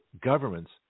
governments